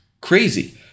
crazy